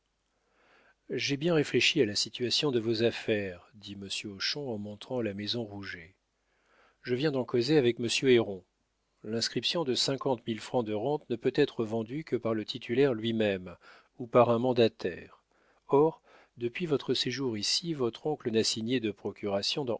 j'ai bien réfléchi à la situation de vos affaires dit monsieur hochon en montrant la maison rouget je viens d'en causer avec monsieur héron l'inscription de cinquante mille francs de rente ne peut être vendue que par le titulaire lui-même ou par un mandataire or depuis votre séjour ici votre oncle n'a signé de procuration